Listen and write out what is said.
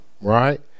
right